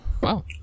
Wow